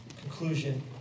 conclusion